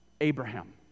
Abraham